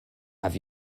have